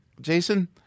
Jason